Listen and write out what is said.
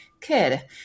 kid